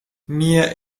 mir